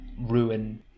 ruin